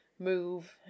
move